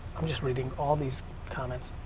i'm just reading all these comments.